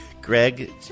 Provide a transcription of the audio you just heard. Greg